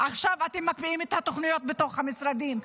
עכשיו אתם מקפיאים את התוכניות בתוך המשרדים,